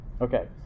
Okay